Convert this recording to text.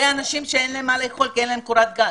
זה אנשים שאין להם מה לאכול כי אין להם קורת גג.